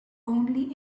only